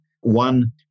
one